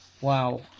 Wow